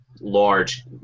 large